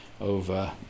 over